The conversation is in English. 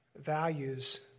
values